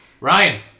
Ryan